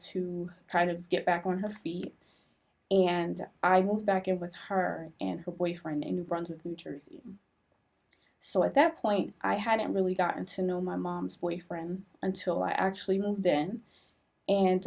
to try to get back on her feet and i moved back in with her and her boyfriend in front of the church so at that point i hadn't really gotten to know my mom's boyfriend until i actually moved in